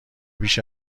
بیش